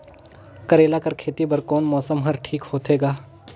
करेला कर खेती बर कोन मौसम हर ठीक होथे ग?